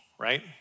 right